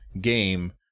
game